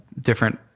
different